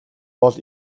бол